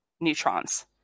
neutrons